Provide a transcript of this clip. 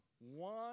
one